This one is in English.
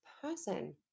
person